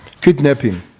Kidnapping